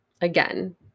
again